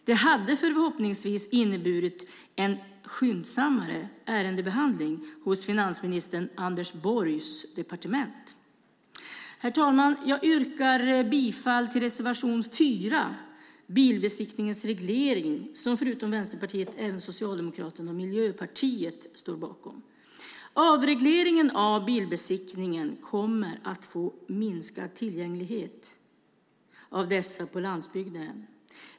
Det hade förhoppningsvis inneburit en skyndsammare ärendebehandling hos finansminister Anders Borgs departement. Herr talman! Jag yrkar bifall till reservation 4, Bilbesiktningens reglering, som förutom Vänsterpartiet även Socialdemokraterna och Miljöpartiet står bakom. Avregleringen av bilbesiktningen kommer att minska tillgängligheten till dessa på landsbygden.